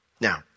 Now